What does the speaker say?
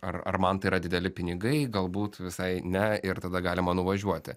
ar ar man tai yra dideli pinigai galbūt visai ne ir tada galima nuvažiuoti